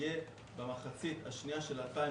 - שיהיה במחצית השנייה 2021,